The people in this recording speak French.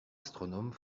astronome